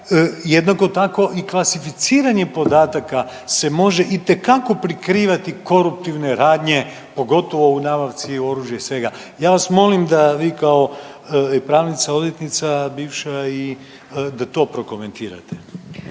Jednako tako i klasificiranje podataka se može itekako prikrivati koruptivne radnje, pogotovo u nabavci oružja i svega. Ja vas molim da vi kao pravnica i odvjetnica bivša i da to prokomentirate.